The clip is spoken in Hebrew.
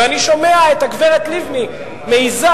ואני שומע את הגברת לבני מעזה,